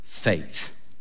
faith